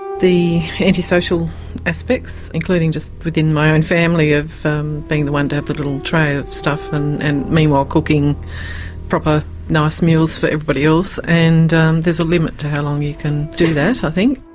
the antisocial aspects including just within my own family of being the one to have the little tray of stuff and and meanwhile cooking proper nice meals for everybody else, and there's a limit to how long you can do that i think.